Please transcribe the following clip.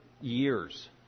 years